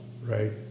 Right